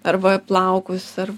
arba plaukus ar